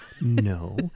No